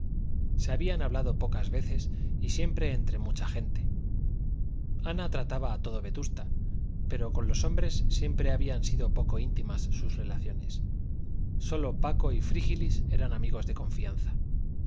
se habían hablado pocas veces y siempre entre mucha gente ana trataba a todo vetusta pero con los hombres siempre habían sido poco íntimas sus relaciones sólo paco y frígilis eran amigos de confianza